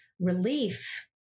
relief